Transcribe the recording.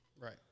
Right